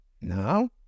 Now